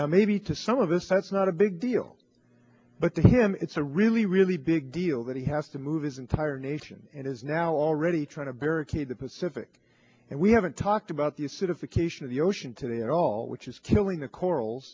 now maybe to some of us that's not a big deal but to him it's a really really big deal that he has to move his entire nation and is now already trying to barricade the pacific and we haven't talked about the acidification of the ocean today at all which is killing the coral